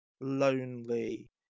lonely